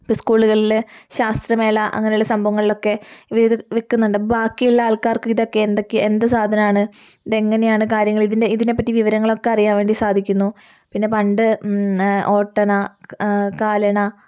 സ്കൂളുകളിൽ ശാസ്ത്രമേള അങ്ങനെയുള്ള സംഭവങ്ങളിലൊക്കെ ഇവയിത് വെക്കുന്നുണ്ട് ബാക്കിയുള്ള ആൾക്കാർക്ക് ഇതൊക്കെ എന്തൊക്കെ എന്ത് സാധനമാണ് ഇത് എങ്ങനെയാണ് കാര്യങ്ങൾ ഇതിനെ ഇതിനെപ്പറ്റി വിവരങ്ങൾ ഒക്കെ അറിയാൻ വേണ്ടി സാധിക്കുന്നു പിന്നെ പണ്ട് ഓട്ടണ കാലണ